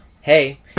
Hey